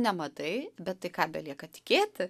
nematai bet tai ką belieka tikėti